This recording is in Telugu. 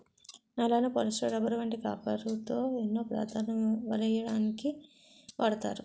నైలాన్, పోలిస్టర్, రబ్బర్ వంటి కాపరుతో ఎన్నో పదార్ధాలు వలెయ్యడానికు వాడతారు